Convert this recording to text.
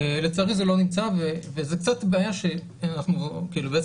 לצערי זה לא נמצא וזה קצת בעיה אנחנו בעצם